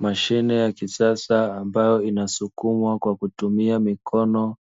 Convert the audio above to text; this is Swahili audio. Mashine ya kisasa ambayo inayosukumwa kwa kutumia mikono,